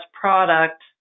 product